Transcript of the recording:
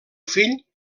fill